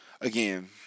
again